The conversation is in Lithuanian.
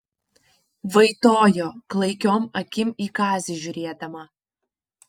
vaitojo klaikiom akim į kazį žiūrėdama